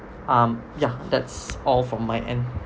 um ya that's all from my end